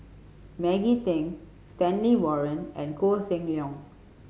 Maggie Teng Stanley Warren and Koh Seng Leong